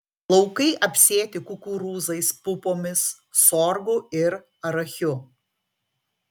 laukai apsėti kukurūzais pupomis sorgu ir arachiu